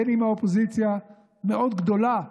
בין שהאופוזיציה גדולה מאוד,